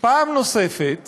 פעם נוספת